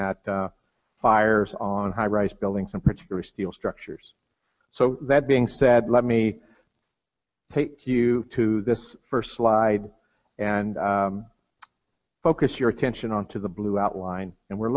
at fires on high rise buildings in particular steel structures so that being said let me take you to this first slide and focus your attention on to the blue outline and we're